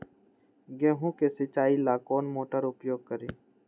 गेंहू के सिंचाई ला कौन मोटर उपयोग करी?